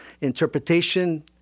Interpretation